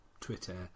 Twitter